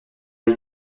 les